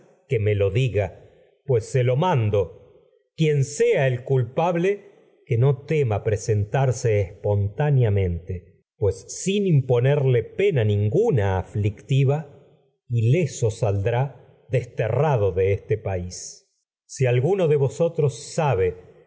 que me que lo diga pues se mando el culpable pues no tema presentarse espontáneamente sin imponerle pena ninguna aflictiva ileso saldrá de este desterrado el asesino país si alguno de vosotros sabe